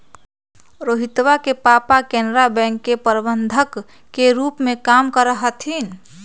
रोहितवा के पापा केनरा बैंक के प्रबंधक के रूप में काम करा हथिन